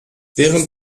während